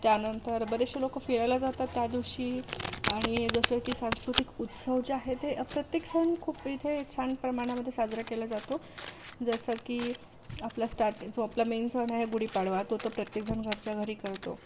त्यानंतर बरेचसे लोक फिरायला जातात त्या दिवशी आणि जसं की सांस्कृतिक उत्सव जे आहे ते प्रत्येक सण खूप इथे छान प्रमाणामध्ये साजरा केला जातो जसं की आपला स्टार्ट जो आपला मेन सण आहे गुढी पाडवा तो तर प्रत्येक जण घरच्या घरी करतो